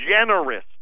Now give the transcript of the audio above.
generous